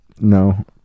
No